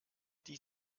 die